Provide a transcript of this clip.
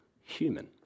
human